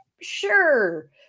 Sure